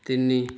ତିନି